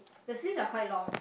the sleeves are quite long